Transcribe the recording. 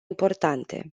importante